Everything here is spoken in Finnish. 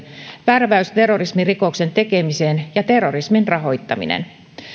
värväys terrorismirikoksen tekemiseen ja terrorismin rahoittaminen myös